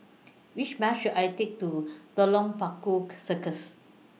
Which Bus should I Take to Telok Paku Circus